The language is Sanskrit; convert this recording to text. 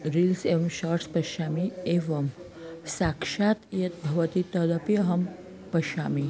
रील्स् एवं शार्ट्स् पश्यामि एवं साक्षात् यद्भवति तदपि अहं पश्यामि